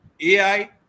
AI